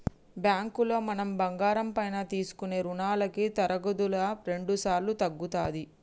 బ్యాంకులో మనం బంగారం పైన తీసుకునే రుణాలకి తరుగుదల రెండుసార్లు తగ్గుతది